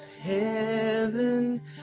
heaven